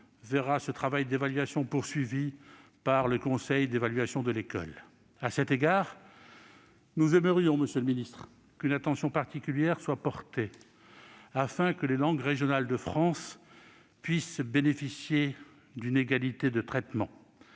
verra ce travail d'évaluation poursuivi par le Conseil d'évaluation de l'école. À cet égard, nous souhaiterions, monsieur le ministre, qu'une attention particulière soit portée afin que les langues régionales de France- je pense notamment